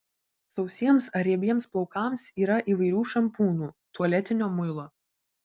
sausiems ar riebiems plaukams yra įvairių šampūnų tualetinio muilo